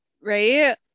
right